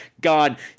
God